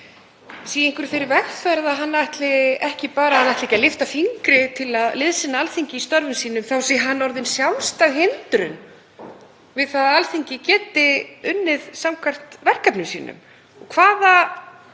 í einhverri þeirri vegferð að hann ætli ekki að lyfta fingri til að liðsinna Alþingi í störfum sínum og þá sé hann orðinn sjálfstæð hindrun við það að Alþingi geti unnið samkvæmt verkefnum sínum. Ef